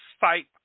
fight